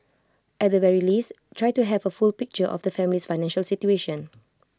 at the very least try to have A full picture of the family's financial situation